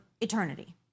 eternity